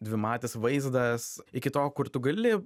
dvimatis vaizdas iki to kur tu gali